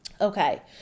Okay